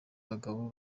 abagabo